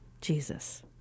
Jesus